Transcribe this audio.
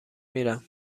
میرم